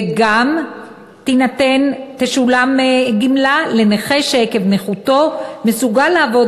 וגם תשולם גמלה לנכה שעקב נכותו מסוגל לעבוד